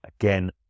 Again